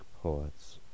poets